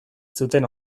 zuten